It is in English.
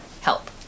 Help